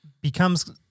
becomes